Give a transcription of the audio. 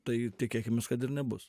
tai tikėkimės kad ir nebus